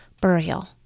burial